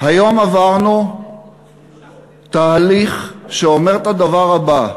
היום עברנו תהליך שאומר את הדבר הבא,